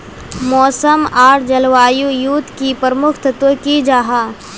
मौसम आर जलवायु युत की प्रमुख तत्व की जाहा?